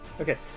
Okay